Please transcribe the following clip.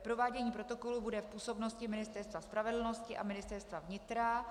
Provádění protokolu bude v působnosti Ministerstva spravedlnosti a Ministerstva vnitra.